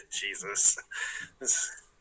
Jesus